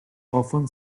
often